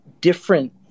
different